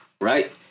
Right